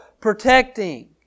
protecting